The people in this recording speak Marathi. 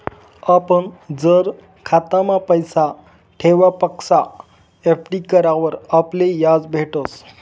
आपण जर खातामा पैसा ठेवापक्सा एफ.डी करावर आपले याज भेटस